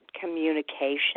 communication